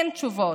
אין תשובות.